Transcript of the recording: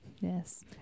yes